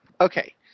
okay